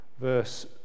verse